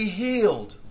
healed